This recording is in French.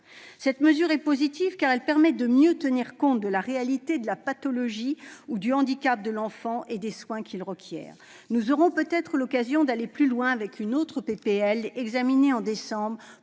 Cette mesure est positive, car elle permet de mieux tenir compte de la réalité de la pathologie ou du handicap de l'enfant et des soins qu'il requiert. Nous aurons peut-être l'occasion d'aller plus loin lors de l'examen, au mois de décembre